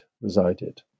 resided